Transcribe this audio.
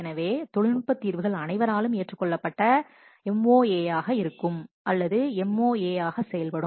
எனவே தொழில்நுட்ப தீர்வுகள் அனைவராலும் ஏற்றுக்கொள்ளப்பட்ட MoA ஆக இருக்கும் அல்லது MoA ஆக செயல்படும்